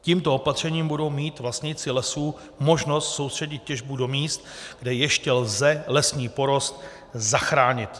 Tímto opatřením budou mít vlastníci lesů možnost soustředit těžbu do míst, kde ještě lze lesní porost zachránit.